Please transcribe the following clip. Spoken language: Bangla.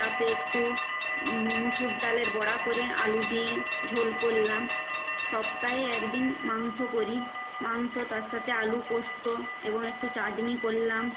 তাতে একটু মুসুর ডালের বড়া করে আলু দিয়ে ঝোল করলাম সপ্তাহে এক দিন মাংস করি মাংস তার সাতে আলু পোস্ত এবং একটু চাটনি করলাম